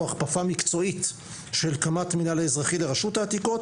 או הכפפה מקצועית של קמ"ט המינהל האזרחי לרשות העתיקות